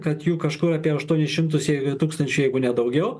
kad jų kažkur apie aštuonis šimtus tūkstančių jeigu ne daugiau